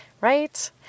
right